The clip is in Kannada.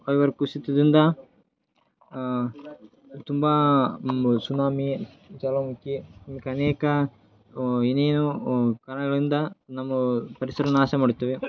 ವಾಯುಭಾರ ಕುಸಿತದಿಂದ ತುಂಬಾ ಸುನಾಮಿ ಜ್ವಾಲಾಮುಖಿ ಅನೇಕ ಏನೇನೋ ಕಾರಣಗಳಿಂದ ನಮ್ಮ ಪರಿಸರ ನಾಶ ಮಾಡುತ್ತವೆ